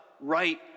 right